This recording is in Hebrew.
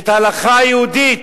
את ההלכה היהודית.